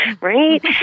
Right